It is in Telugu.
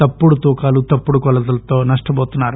తప్పుడు తూకాలు తప్పుడు కొలతలతో నష్లపోతున్నారు